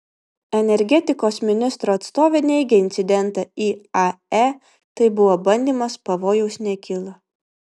energetikos ministro atstovė neigia incidentą iae tai buvo bandymas pavojaus nekilo